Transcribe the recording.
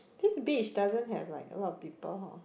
this beach doesn't have right a lot of people hor